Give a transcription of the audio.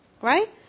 right